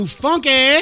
funky